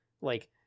Like-